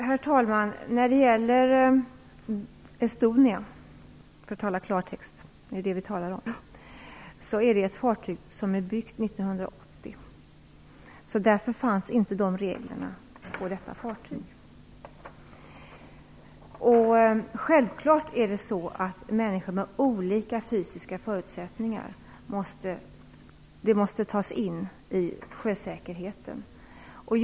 Herr talman! Fartyget Estonia, för att tala klartext, är byggt 1980. De nya reglerna gäller således inte för detta fartyg. Självfallet måste vi i sjösäkerhetsarbetet ta i beaktande att människor har olika fysiska förutsättningar.